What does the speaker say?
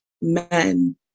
men